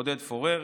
עודד פורר,